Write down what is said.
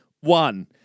One